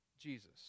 Jesus